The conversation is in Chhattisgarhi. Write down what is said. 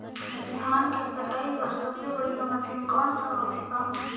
धान के कटाई बर सबले बढ़िया मशीन कोन सा होथे ग?